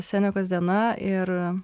senekos diena ir